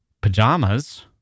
pajamas